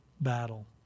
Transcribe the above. battle